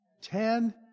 Ten